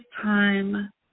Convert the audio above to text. time